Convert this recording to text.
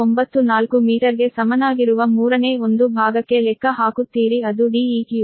594 ಮೀಟರ್ಗೆ ಸಮನಾಗಿರುವ ಮೂರನೇ ಒಂದು ಭಾಗಕ್ಕೆ ಲೆಕ್ಕ ಹಾಕುತ್ತೀರಿ ಅದು Deq